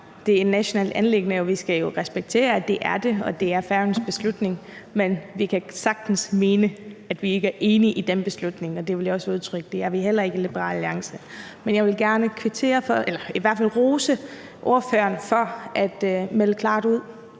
er det et nationalt anliggende, og det skal vi jo respektere, og det er Færøernes beslutning. Men vi kan sagtens mene, at vi ikke er enige i den beslutning, og det vil jeg også udtrykke at vi heller ikke er i Liberal Alliance. Men jeg vil i hvert fald gerne rose ordføreren for at melde det klart ud.